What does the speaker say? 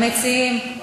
המציעים,